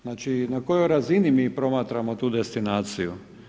Znači na kojoj razini mi promatramo tu destinaciju.